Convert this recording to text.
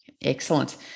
Excellent